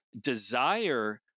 desire